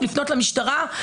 לפנות למשטרה.